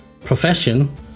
profession